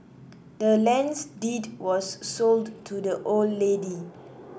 the land's deed was sold to the old lady